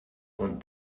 und